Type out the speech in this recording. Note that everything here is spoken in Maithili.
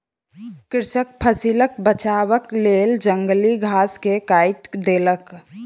कृषक फसिलक बचावक लेल जंगली घास के काइट देलक